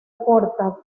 corta